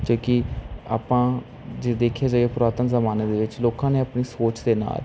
ਚ ਕਿ ਆਪਾਂ ਜੇ ਦੇਖਿਆ ਜਾਏ ਪੁਰਾਤਨ ਜ਼ਮਾਨੇ ਦੇ ਵਿੱਚ ਲੋਕਾਂ ਨੇ ਆਪਣੀ ਸੋਚ ਦੇ ਨਾਲ